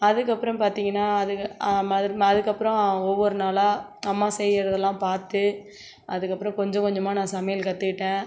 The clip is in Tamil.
அதுக்கு அப்புறம் பார்த்திங்கன்னா அ ம அது அதுக்கு அப்புறம் ஒவ்வொரு நாளாக அம்மா செய்யறதலாம் பார்த்து அதுக்கு அப்புறம் கொஞ்ச கொஞ்சமாக நான் சமையல் கற்றுக்கிட்டேன்